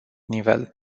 nivel